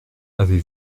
avez